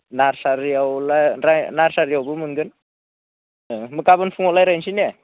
नार्सारियाव लाय नार्सारियावबो मोनगोन होमब्ला गाबोन फुङाव रायज्लायनोसै ने